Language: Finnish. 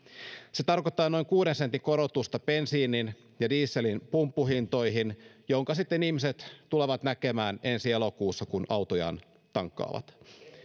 se tarkoittaa noin kuuden sentin korotusta bensiinin ja dieselin pumppuhintoihin minkä ihmiset tulevat näkemään sitten ensi elokuussa kun autojaan tankkaavat